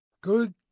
Good